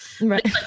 Right